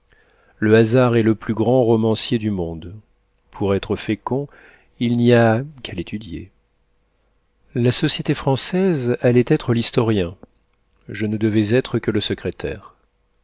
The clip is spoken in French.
le hasard est le plus grand romancier du monde pour être fécond il n'y a qu'à l'étudier la société française allait être l'historien je ne devais être que le secrétaire